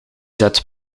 zet